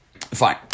fine